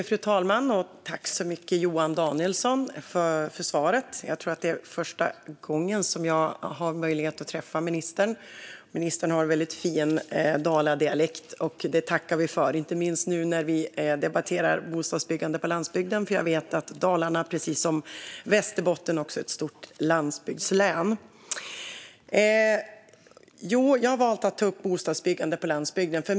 Fru talman! Tack så mycket, Johan Danielsson, för svaret! Jag tror att det är första gången som jag har möjlighet att träffa ministern. Ministern har en väldigt fin daladialekt, och det tackar vi för, inte minst nu när vi nu debatterar bostadsbyggande på landsbygden. Jag vet att Dalarna precis som Västerbotten är ett stort landsbygdslän. Jag har valt att ta upp frågan om bostadsbyggande på landsbygden.